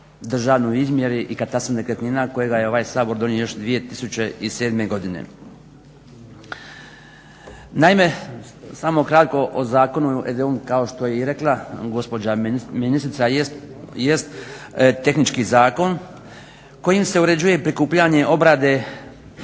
državnoj izmjeri i katastru nekretnina kojega je ovaj Sabor donio još 2007. godine. Naime, samo kratko o zakonu .../Govornik se ne razumije./… kao što je i rekla gospođa ministrica jest tehnički zakon kojim se uređuje i prikupljanje obrade,